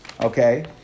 Okay